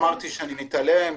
לא אמרתי שאני מתעלם.